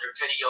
video